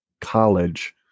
college